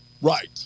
Right